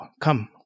Come